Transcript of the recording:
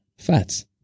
fats